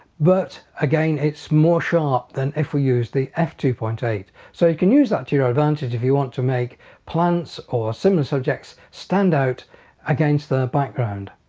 but again it's more sharp than if we use the f two point eight. so you can use that to your advantage if you want to make plants or similar subjects stand out against the background.